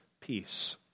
peace